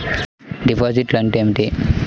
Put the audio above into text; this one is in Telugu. డిపాజిట్లు అంటే ఏమిటి?